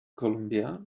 columbia